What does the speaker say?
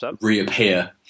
reappear